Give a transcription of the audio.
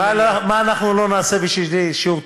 מה אנחנו לא נעשה בשביל שיעור תנ"ך?